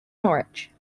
norwich